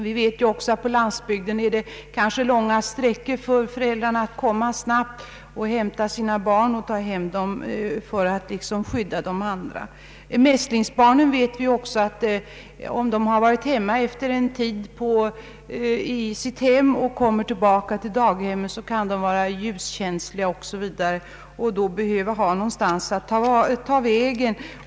Vi vet också att det på landsbygden ofta är långa sträckor och kan ta flera timmar för föräldrarna när de skall hämta sina barn och ta hem dem för att skydda de andra barnen. Vi känner även till att om mässlingsbarnen varit hemma en tid och kommer tillbaka till daghemmet, kan de vara ljuskänsliga och behöver då ha någonstans att ta vägen.